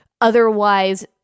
otherwise